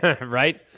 Right